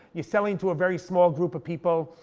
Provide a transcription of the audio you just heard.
you're selling to a very small group of people.